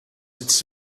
its